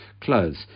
clothes